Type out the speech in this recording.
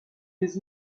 des